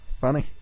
funny